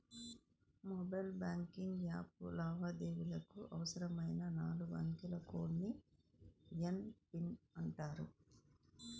mobile banking యాప్లో లావాదేవీలకు అవసరమైన నాలుగు అంకెల కోడ్ ని ఎమ్.పిన్ అంటారు